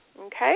okay